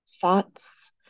thoughts